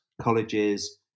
colleges